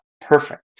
perfect